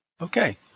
Okay